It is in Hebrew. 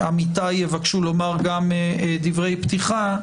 עמיתיי יבקשו לומר גם דברי פתיחה,